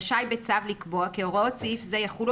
רשאי בצו לקבוע כי הוראות סעיף זה יחולו